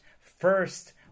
First